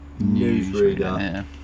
newsreader